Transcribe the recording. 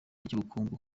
ry’ubukungu